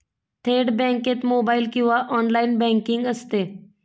थेट बँकेत मोबाइल किंवा ऑनलाइन बँकिंग असते